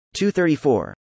234